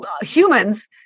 humans